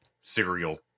cereal